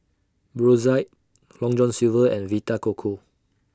Brotzeit Long John Silver and Vita Coco